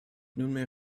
nunmehr